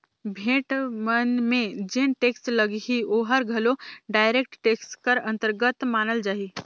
भेंट मन में जेन टेक्स लगही ओहर घलो डायरेक्ट टेक्स कर अंतरगत मानल जाही